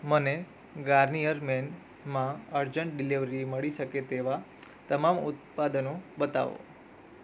મને ગાર્નીયર મેનમાં urgent delivery મળી શકે તેવા તમામ ઉત્પાદનો બતાવો